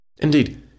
Indeed